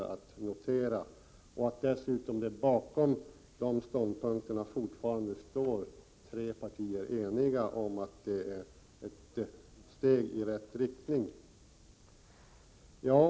Jag kan också notera att tre partier står eniga bakom dessa ståndpunkter och anser att detta är ett steg i rätt riktning.